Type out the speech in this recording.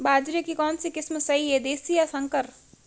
बाजरे की कौनसी किस्म सही हैं देशी या संकर?